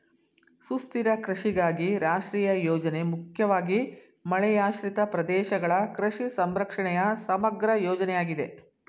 ಸುಸ್ಥಿರ ಕೃಷಿಗಾಗಿ ರಾಷ್ಟ್ರೀಯ ಯೋಜನೆ ಮುಖ್ಯವಾಗಿ ಮಳೆಯಾಶ್ರಿತ ಪ್ರದೇಶಗಳ ಕೃಷಿ ಸಂರಕ್ಷಣೆಯ ಸಮಗ್ರ ಯೋಜನೆಯಾಗಿದೆ